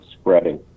spreading